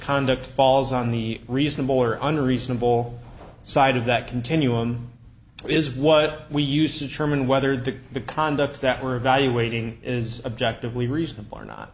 conduct falls on the reasonable or unreasonable side of that continuum is what we use the term and whether that the conduct that we're evaluating is objectively reasonable or not